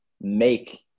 make